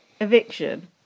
eviction